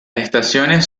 estaciones